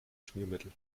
schmiermittel